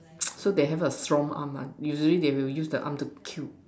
so they have a strong arm mah usually they will use the arm to kill